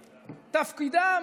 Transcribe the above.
תפקידם,